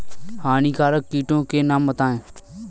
हानिकारक कीटों के नाम बताएँ?